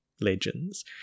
legends